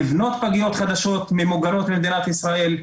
נבנות פגיות חדשות ממוגנות במדינת ישראל,